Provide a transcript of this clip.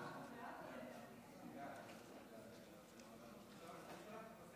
ההצעה להעביר את הנושא לוועדת הפנים והגנת הסביבה נתקבלה.